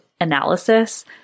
analysis